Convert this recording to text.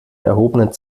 erhobenen